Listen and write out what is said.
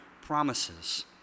promises